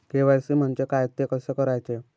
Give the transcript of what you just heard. KYC म्हणजे काय? ते कसे करायचे?